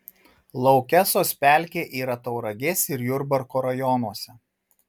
laukesos pelkė yra tauragės ir jurbarko rajonuose